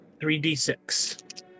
3d6